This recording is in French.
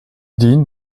dean